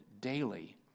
daily